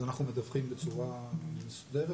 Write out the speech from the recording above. אז אנחנו מדווחים בצורה מסודרת.